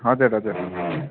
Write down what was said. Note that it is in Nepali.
हजुर हजुर